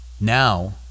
Now